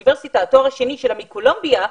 שהתואר השני שלה מאוניברסיטת קולומביה,